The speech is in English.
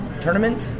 tournament